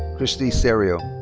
christie serio.